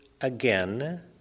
again